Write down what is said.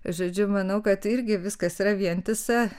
žodžiu manau kad irgi viskas yra vientisa